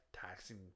taxing